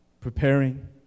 preparing